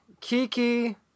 Kiki